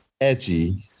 edgy